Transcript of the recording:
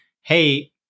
hey